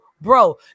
bro